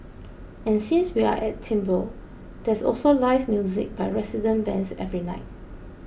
and since we're at Timbre there's also live music by resident bands every night